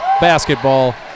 basketball